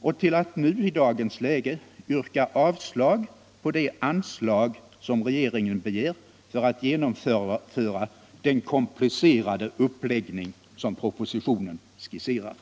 och till att nu, i dagens läge, yrka avslag på de anslag som regeringen begär för att genomföra den komplicerade uppläggning som propositionen skisserar.